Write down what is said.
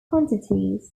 quantities